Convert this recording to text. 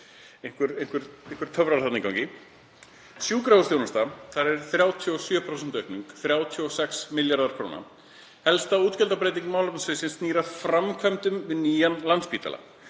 einhverjir töfrar þarna í gangi. Sjúkrahúsþjónusta. Þar er 37% aukning, 36 milljarðar kr. Helsta útgjaldabreyting málefnasviðsins snýr að framkvæmdum við nýjan Landspítala.